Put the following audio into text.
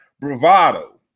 bravado